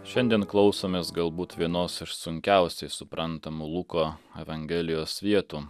šiandien klausomės galbūt vienos iš sunkiausiai suprantamų luko evangelijos vietų